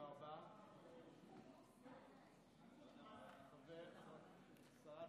שרת